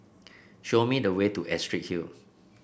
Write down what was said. show me the way to Astrid Hill